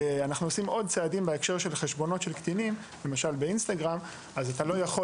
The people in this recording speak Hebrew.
שאנחנו עושים עוד צעדים בהקשר של חשבונות קטינים אז אתה לא יכול,